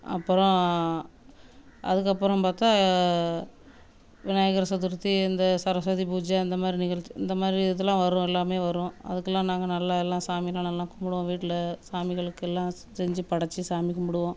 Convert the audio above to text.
அப்புறோம் அதற்கு அப்புறோம் பார்த்தா விநாயகர் சதுர்த்தி இந்த சரஸ்வதி பூஜை அந்த மாதிரி நிகழ்ச் இந்த மாதிரி இதெல்லாம் வரும் எல்லாமே வரும் அதற்குலாம் நாங்கள் நல்ல எல்லாம் சாமிலாம் நல்லா கும்பிடுவோம் வீட்டில் சாமிகளுக்கெல்லாம் செஞ்சு படைச்சு சாமி கும்பிடுவோம்